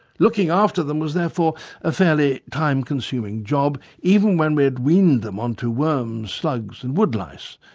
looking after them was therefore a fairly time-consuming job, even when we had weaned them onto worms, slugs and woodlice,